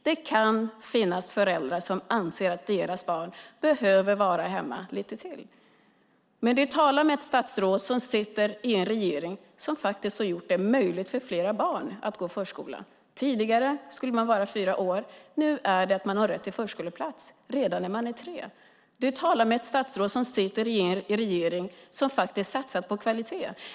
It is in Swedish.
Det kan finnas föräldrar som anser att deras barn behöver vara hemma lite till. Veronica Palm, du talar med ett statsråd som sitter i en regering som har gjort det möjligt för fler barn att gå i förskolan. Tidigare skulle man vara fyra år, och nu har man rätt till förskoleplats redan när man är tre år. Du talar med ett statsråd som sitter i en regering som har satsat på kvalitet.